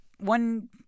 One